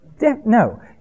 No